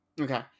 okay